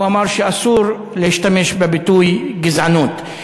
אמר שאסור להשתמש בביטוי "גזענות".